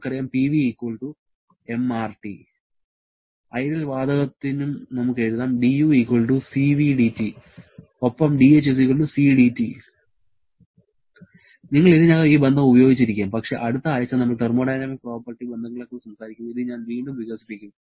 നമുക്കറിയാം Pv RT ideal വാതകത്തിനും നമുക്ക് എഴുതാം du Cv dT ഒപ്പം dh C dT നിങ്ങൾ ഇതിനകം ഈ ബന്ധം ഉപയോഗിച്ചിരിക്കാം പക്ഷേ അടുത്ത ആഴ്ച നമ്മൾ തെർമോഡൈനാമിക് പ്രോപ്പർട്ടി ബന്ധങ്ങളെക്കുറിച്ച് സംസാരിക്കുമ്പോൾ ഇത് ഞാൻ വീണ്ടും വികസിപ്പിക്കും